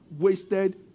wasted